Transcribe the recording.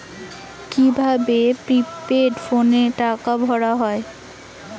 কি ভাবে প্রিপেইড ফোনে টাকা ভরা হয়?